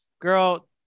girl